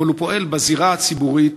אבל הוא פועל בזירה הציבורית,